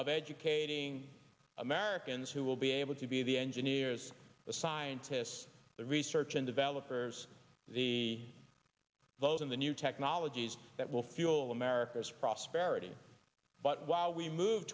of educating americans who will be able to be the engineers the scientists the research and developers the vote in the new technologies that will fuel america's prosperity but while we move